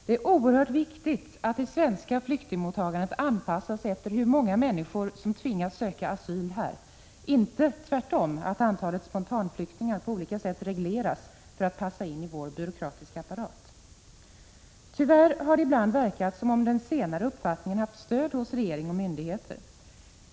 Det är oerhört viktigt att det svenska flyktingmottagandet anpassar sig efter hur många människor som tvingas söka asyl här — inte tvärtom, att antalet spontanflyktingar på olika sätt regleras för att passa in i vår byråkratiska apparat. Tyvärr har det ibland verkat som om den senare uppfattningen haft stöd hos regering och myndigheter.